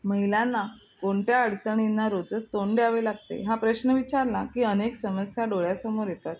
महिलांना कोणत्या अडचणींना रोजच तोंड द्यावे लागते हा प्रश्न विचारला की अनेक समस्या डोळ्यासमोर येतात